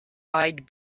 eyed